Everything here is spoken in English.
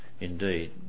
indeed